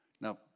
Now